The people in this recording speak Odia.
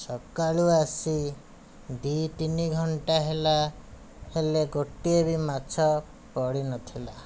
ସକାଳୁ ଆସି ଦୁଇ ତିନି ଘଣ୍ଟା ହେଲା ହେଲେ ଗୋଟିଏ ବି ମାଛ ପଡ଼ିନଥିଲା